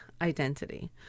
identity